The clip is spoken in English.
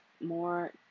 more